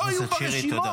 לא יהיו ברשימות.